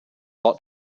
lot